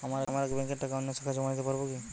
আমার এক ব্যাঙ্কের টাকা অন্য শাখায় জমা দিতে পারব কি?